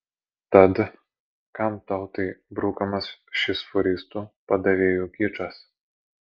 tad kam tautai brukamas šis fūristų padavėjų kičas